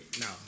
No